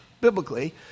biblically